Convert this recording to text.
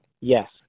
Yes